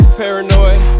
paranoid